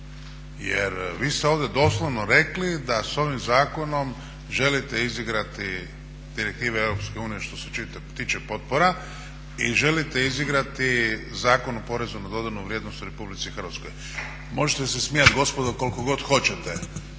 jer vi ste ovdje doslovno rekli da s ovim zakonom želite izigrati direktive EU što se tiče potpora i želite izigrati Zakon o porezu na dodanu vrijednost u RH. Možete se smijati gospodo koliko god hoćete